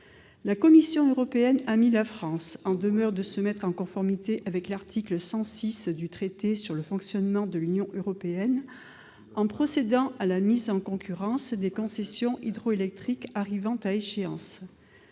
La Commission européenne a mis la France en demeure de se mettre en conformité avec l'article 106 du Traité sur le fonctionnement de l'Union européenne en procédant à la mise en concurrence des concessions hydroélectriques arrivant à échéance.